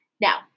Now